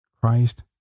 Christ